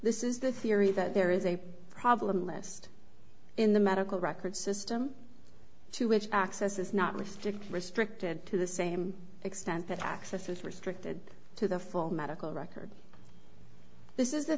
this is the theory that there is a problem list in the medical records system to which access is not listed restricted to the same extent that access is restricted to the full medical records this is the